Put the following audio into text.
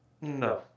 no